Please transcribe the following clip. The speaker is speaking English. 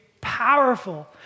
powerful